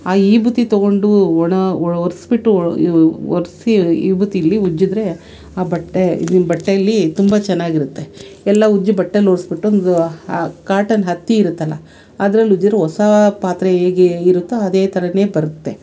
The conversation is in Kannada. ಆ ವಿಭೂತಿ ತೊಗೊಂಡು ಒಣ ಒರೆಸ್ಬಿಟ್ಟು ಒರೆಸಿ ವಿಭೂತಿಲ್ಲಿ ಉಜ್ಜಿದ್ರೆ ಆ ಬಟ್ಟೆ ಇದು ಬಟ್ಟೆಲ್ಲಿ ತುಂಬ ಚೆನ್ನಾಗಿರುತ್ತೆ ಎಲ್ಲ ಉಜ್ಜಿ ಬಟ್ಟೆಲ್ಲಿ ಒರೆಸ್ಬಿಟ್ಟು ಒಂದು ಆ ಕಾಟನ್ ಹತ್ತಿ ಇರುತ್ತಲ್ಲ ಅದ್ರಲ್ಲಿ ಉಜ್ಜಿದ್ರೆ ಹೊಸ ಪಾತ್ರೆ ಹೇಗೆ ಇರುತ್ತೊ ಅದೇ ಥರವೇ ಬರುತ್ತೆ